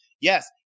Yes